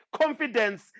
confidence